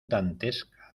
dantesca